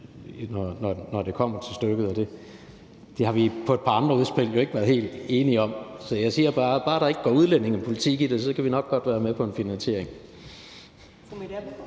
når det kommer til stykket, og der har vi jo i forbindelse med et par andre udspil ikke været helt enige. Så jeg siger bare, at så længe der ikke går udlændingepolitik i det, så kan vi nok godt være med på en finansiering.